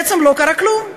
בעצם לא קרה כלום.